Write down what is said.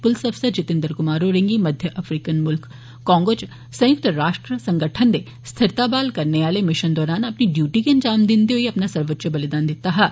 पुलस अफसर जितेंद्र कुमार होरें मध्य अफ्रीकन मुल्ख कांगो च संयुक्त राष्ट्र संगठन दे स्थिरता बहाल करने आले मिशन दौरान अपनी ड्यूटी गी अंजाम दिंदे होई अपना सर्वोच्च बलिदान दित्ता